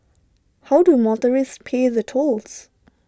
how do motorists pay the tolls